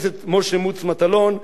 חבר הכנסת ציון פיניאן,